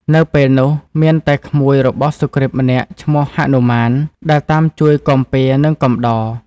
នៅពេលនោះ មានតែក្មួយរបស់សុគ្រីបម្នាក់ឈ្មោះហនុមាន ដែលតាមជួយគាំពារ និងកំដរ ។